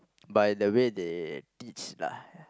by the way they teach lah